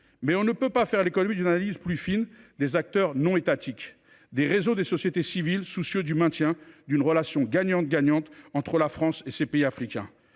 Mais on ne peut faire l’économie d’une analyse plus fine des acteurs non étatiques, des réseaux des sociétés civiles, soucieux du maintien d’une relation mutuellement profitable entre la France et les pays africains.